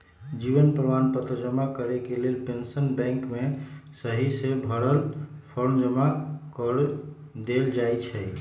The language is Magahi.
जीवन प्रमाण पत्र जमा करेके लेल पेंशन बैंक में सहिसे भरल फॉर्म जमा कऽ देल जाइ छइ